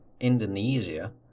indonesia